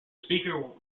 speaker